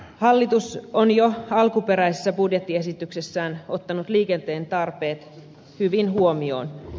hallitus on jo alkuperäisessä budjettiesityksessään ottanut liikenteen tarpeet hyvin huomioon